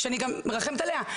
שאני גם מרחמת עליה,